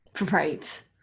Right